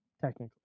technically